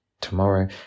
tomorrow